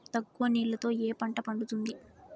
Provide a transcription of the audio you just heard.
తక్కువ నీళ్లతో ఏ పంట పండుతుంది?